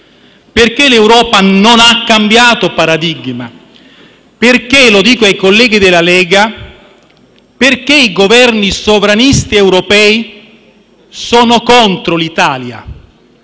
Perché l'Europa non ha cambiato paradigma? Perché - lo chiedo ai colleghi della Lega - i Governi sovranisti europei sono contro l'Italia?